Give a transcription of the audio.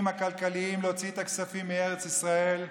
הכלכליים להוציא את הכספים מארץ ישראל.